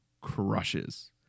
crushes